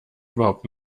überhaupt